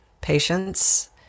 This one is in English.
patience